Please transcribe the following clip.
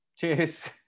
Cheers